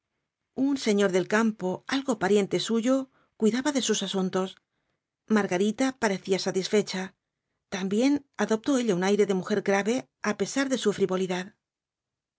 un señor del campo algo pariente suyo cuidaba de sus asuntos margarita parecía satisfecha también adoptó ella un aire de mujer grave á pesar de su frivolidad el